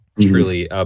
truly